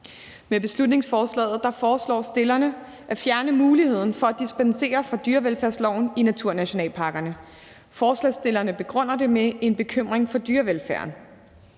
Med beslutningsforslaget foreslår stillerne at fjerne muligheden for at dispensere fra dyrevelfærdsloven i naturnationalparkerne. Forslagsstillerne begrunder det med en bekymring for dyrevelfærden.